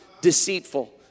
deceitful